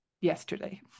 yesterday